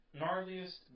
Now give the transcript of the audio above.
gnarliest